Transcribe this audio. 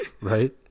right